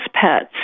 pets